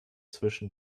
zwischen